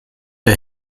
der